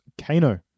Kano